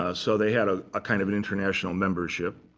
ah so they had ah ah kind of an international membership.